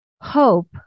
hope